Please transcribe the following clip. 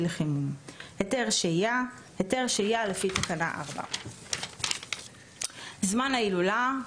לחימום; "היתר שהייה" היתר שהייה לפי תקנה 4; "זמן ההילולה"